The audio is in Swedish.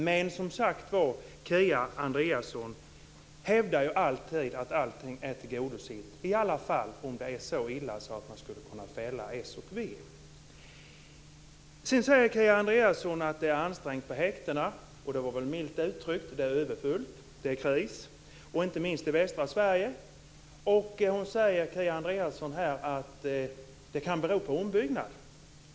Men Kia Andreasson hävdar ju alltid att allting är tillgodosett, i alla fall om det är så illa att man annars skulle kunna fälla s och v. Kia Andreasson säger vidare att det är ansträngt på häktena. Det var milt uttryckt - det är överfullt, och det är kris, inte minst i västra Sverige. Kia Andreasson säger att det kan bero på ombyggnad.